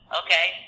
okay